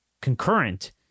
concurrent